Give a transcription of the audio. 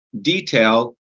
detail